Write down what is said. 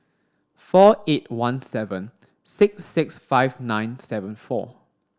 four eight one seven six six five nine seven four